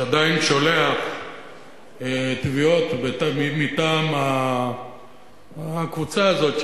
שעדיין שולח תביעות מטעם הקבוצה הזאת,